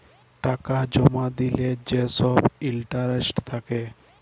টাকা জমা দিলে যে ছব ইলটারেস্ট থ্যাকে